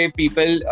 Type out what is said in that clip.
people